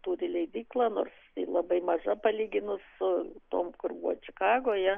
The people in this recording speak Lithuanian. turi leidyklą nors labai maža palyginus su tom kur buvo čikagoje